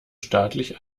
staatlich